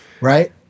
right